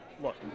Look